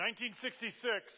1966